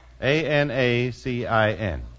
A-N-A-C-I-N